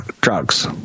drugs